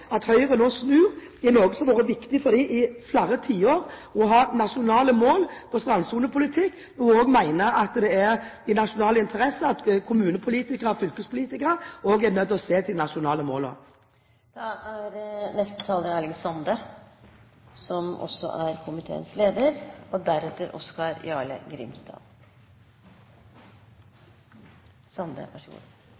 Høyre nå snur i noe som har vært viktig for dem i flere tiår – å ha nasjonale mål for strandsonepolitikken – og også mener at det er i nasjonal interesse at kommunepolitikere og fylkespolitikere også ser de nasjonale målene. Berre nokre kommentarar til det som har blitt sagt i debatten. Representanten Åmland seier at differensiert forvaltning ikkje er